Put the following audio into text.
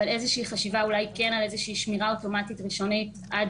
אבל איזושהי חשיבה אולי כן על איזושהי שמירה אוטומטית ראשונית עד